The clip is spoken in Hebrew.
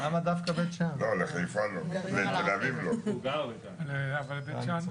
לימור, על הגאנט שהראית